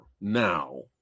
now